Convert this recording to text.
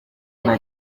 nta